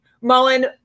Mullen